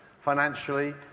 financially